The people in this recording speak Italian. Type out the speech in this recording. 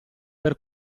per